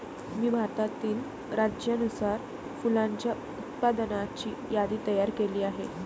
मी भारतातील राज्यानुसार फुलांच्या उत्पादनाची यादी तयार केली आहे